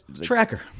Tracker